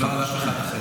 ולא על אף אחד אחר,